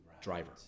driver